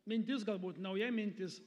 mintis galbūt nauja mintis